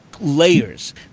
layers